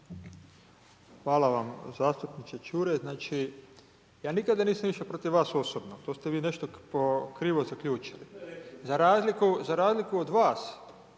Hvala vam zastupniče Ćuraj, ja nikada nisam išao protiv vas osobno, to ste vi nešto krivo zaključili. Za razliku, za